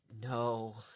No